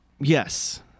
Yes